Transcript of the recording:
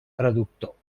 traductor